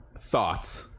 thoughts